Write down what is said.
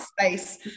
space